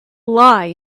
lie